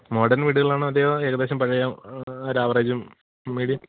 modern വീടുകളാണോ അതേയോ ഏകദേശം പഴയ ഒരാവറേജും മീഡിയം